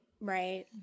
Right